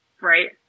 Right